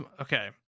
okay